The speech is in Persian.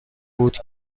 بود